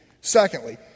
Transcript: Secondly